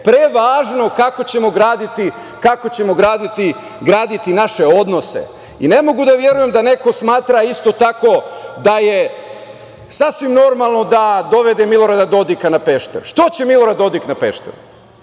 prevažno kako ćemo graditi naše odnose.I ne mogu da verujem da neko smatra isto tako, da je sasvim normalno da dovede Milorada Dodika na Pešter. Šta će Milorad Dodik na Pešteru? Kakva